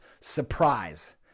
surprise